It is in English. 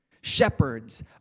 Shepherds